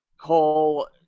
Cole